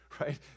right